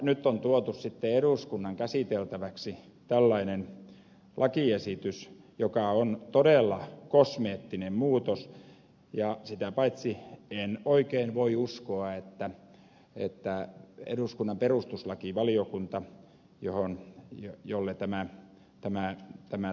nyt on tuotu sitten eduskunnan käsiteltäväksi tällainen lakiesitys joka on todella kosmeettinen muutos ja sitä paitsi en oikein voi uskoa että eduskunnan perustuslakivaliokunta johon ja jo lentämään tämän tämän